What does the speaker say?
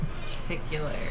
particular